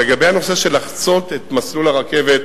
לגבי הנושא של לחצות את מסלול הרכבת,